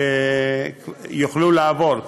עד שיוכלו לעבור.